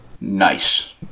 nice